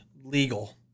legal